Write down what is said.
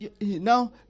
Now